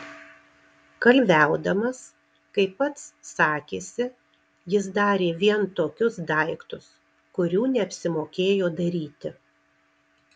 kalviaudamas kaip pats sakėsi jis darė vien tokius daiktus kurių neapsimokėjo daryti